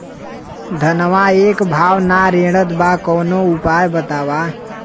धनवा एक भाव ना रेड़त बा कवनो उपाय बतावा?